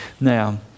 now